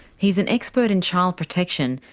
he's an expert in child protection,